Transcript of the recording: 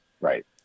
right